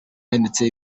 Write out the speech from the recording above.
yanditse